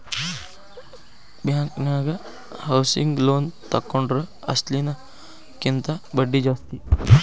ಬ್ಯಾಂಕನ್ಯಾಗ housing loan ತಗೊಂಡ್ರ ಅಸ್ಲಿನ ಕಿಂತಾ ಬಡ್ದಿ ಜಾಸ್ತಿ